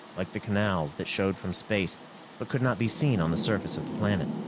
like the canals that showed from space but could not be seen on the surface of the planet.